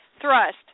thrust